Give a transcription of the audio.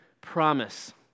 promise